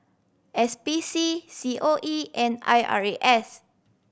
S P C C O E and I R A S